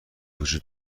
وجود